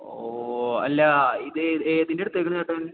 ഓ അല്ല ഇത് ഏതിൻ്റെയാണ് എടുത്തിരിക്കുന്നത് ചേട്ടൻ